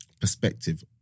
Perspective